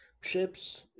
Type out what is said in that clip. ships